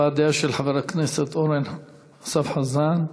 הבעת דעה של חבר הכנסת אורן אסף חזן,